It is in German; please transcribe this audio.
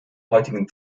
heutigen